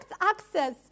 access